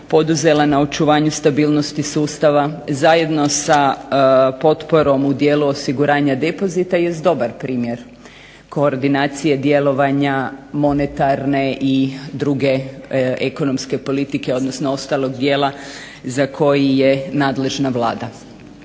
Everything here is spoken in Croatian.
poduzela na očuvanju stabilnosti sustava zajedno sa potporom u dijelu osiguranja depozita jest dobar primjer koordinacije djelovanja monetarne i druge ekonomske politike, odnosno ostalog dijela za koji je nadležna Vlada.